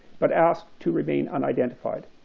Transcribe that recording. but asked to remain unidentified.